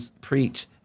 preach